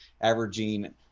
averaging